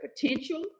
potential